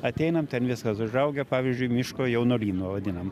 ateinam ten viskas užaugę pavyzdžiui miško jaunuolynu vadinamu